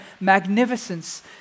magnificence